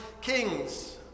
kings